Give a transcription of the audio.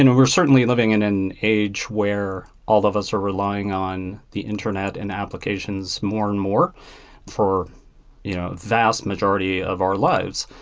and we're certainly living in an age where all of us are relying on the internet and applications more and more for the you know vast majority of our lives.